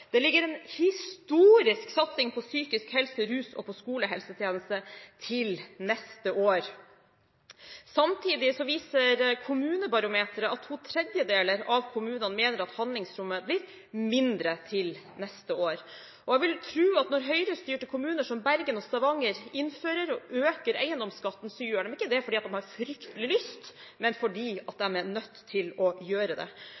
det ligger en historisk satsing på psykisk helse, rus og skolehelsetjeneste til neste år. Samtidig viser Kommunebarometeret at to tredjedeler av kommunene mener at handlingsrommet blir mindre til neste år. Jeg vil tro at når Høyre-styrte kommuner som Bergen og Stavanger innfører og øker eiendomsskatten, gjør de ikke det fordi de har fryktelig lyst, men fordi de er nødt til å gjøre det.